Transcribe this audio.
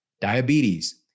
diabetes